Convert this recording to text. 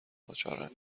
ناچارا